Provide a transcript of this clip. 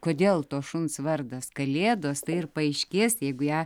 kodėl to šuns vardas kalėdos tai ir paaiškės jeigu ją